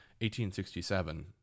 1867